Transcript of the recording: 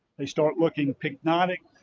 they start looking pyknotic.